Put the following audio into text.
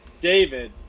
David